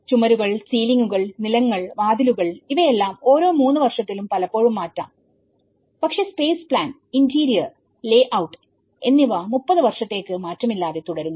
ചുമരുകൾ സീലിംഗുകൾ നിലങ്ങൾ വാതിലുകൾ ഇവയെല്ലാം ഓരോ മൂന്ന് വർഷത്തിലും പലപ്പോഴും മാറ്റാം പക്ഷേ space plan interior layout എന്നിവ 30 വർഷത്തേക്ക് മാറ്റമില്ലാതെ തുടരുന്നു